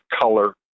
color